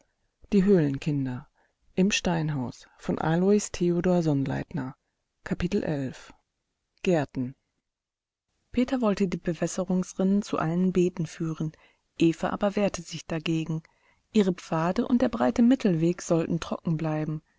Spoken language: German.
die rechte liebe gärten peter wollte die bewässerungsrinnen zu allen beeten führen eva aber wehrte sich dagegen ihre pfade und der breite mittelweg sollten trocken bleiben